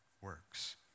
works